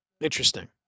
interesting